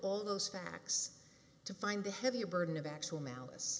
all those facts to find the heavier burden of actual malice